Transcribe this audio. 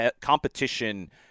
competition